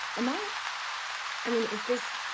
am i i mean, is this.